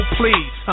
please